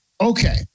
Okay